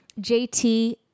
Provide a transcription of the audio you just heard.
JT